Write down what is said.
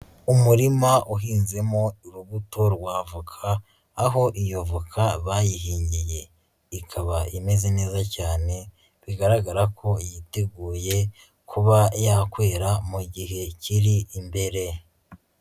Umurima uhinzemo urubuto rw'avoka, aho iyo voka bayihingiye, ikaba imeze neza cyane, bigaragara ko yiteguye kuba yakwera mu gihe kiri imbere.